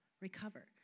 recover